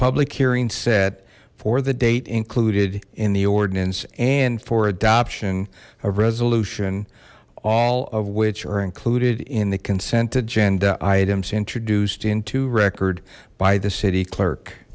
public hearing set for the date included in the ordinance and for adoption of resolution all of which are included in the consent agenda items introduced into record by the city clerk